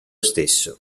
stesso